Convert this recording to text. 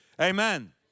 amen